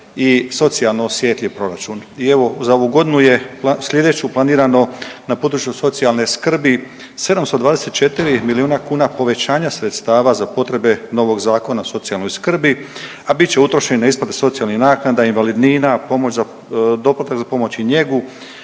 i socijalno osjetljiv proračun. I evo za ovu godinu je, sljedeću planirano, na području socijalne skrbi 724 milijuna kuna povećanja sredstava za potrebe novog zakona o socijalnoj skrbi a bit će utrošeno na isplatu socijalnih naknada, invalidnina, pomoć za, doplatak za pomoć i njegu,